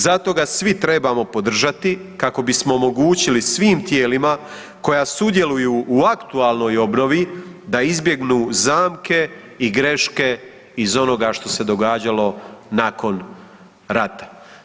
Zato ga svi trebamo podržati kako bismo omogućili svim tijelima koja sudjeluju u aktualnoj obnovi da izbjegnu zamke i greške iz onoga što se događalo nakon rata.